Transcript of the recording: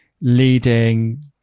leading